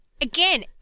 Again